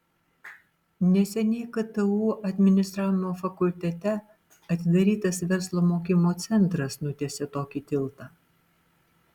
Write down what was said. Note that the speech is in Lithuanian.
neseniai ktu administravimo fakultete atidarytas verslo mokymo centras nutiesė tokį tiltą